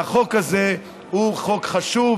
והחוק הזה הוא חוק חשוב,